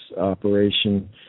Operation